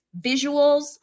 visuals